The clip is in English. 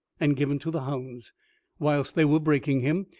and given to the hounds whilst they were breaking him,